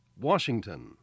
Washington